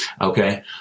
Okay